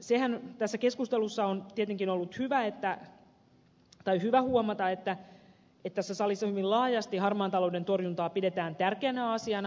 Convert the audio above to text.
sehän tässä keskustelussa on tietenkin ollut hyvä huomata että tässä salissa hyvin laajasti harmaan talouden torjuntaa pidetään tärkeänä asiana